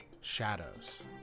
shadows